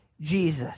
Jesus